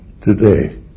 today